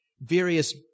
various